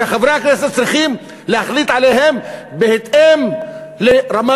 שחברי הכנסת צריכים להחליט עליהם בהתאם לרמת